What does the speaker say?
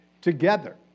together